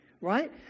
right